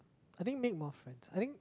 I think make more friends I think